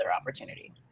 opportunity